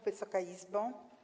Wysoka Izbo!